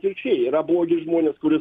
atvirkščiai yra blogi žmonės kuris